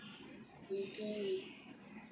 V_P V_P oh okay